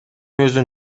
өзүн